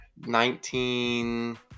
nineteen